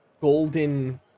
golden